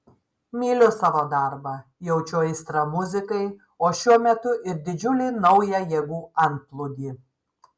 myliu savo darbą jaučiu aistrą muzikai o šiuo metu ir didžiulį naują jėgų antplūdį